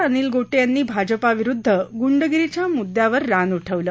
अनिल गोटे यांनी भाजपा विरुध्द गुंडगिरीच्या मुद्यावर रान उठवलं